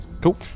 Cool